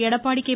Edappadi K